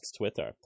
Twitter